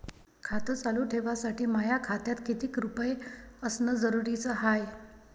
खातं चालू ठेवासाठी माया खात्यात कितीक रुपये असनं जरुरीच हाय?